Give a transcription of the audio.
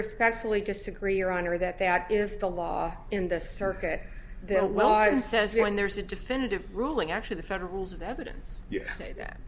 respectfully disagree your honor that that is the law in the circuit that well and says when there's a definitive ruling actually the federal rules of evidence